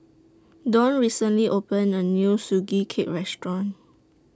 Donn recently opened A New Sugee Cake Restaurant